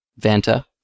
Vanta